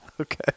Okay